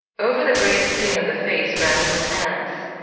over the gray skin of the face ran little ants.